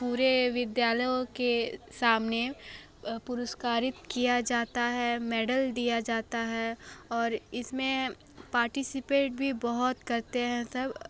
पूरे विद्यालयों के सामने पुरस्कारित किया जाता है मेडल दिया जाता है और इसमें पार्टिसिपेट भी बहुत करते हैं सब